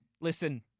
Listen